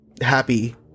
happy